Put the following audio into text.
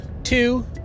two